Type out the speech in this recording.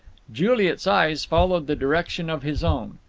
juliet's eyes followed the direction of his own.